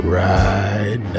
right